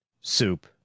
Soup